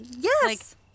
Yes